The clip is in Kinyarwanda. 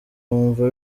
wumva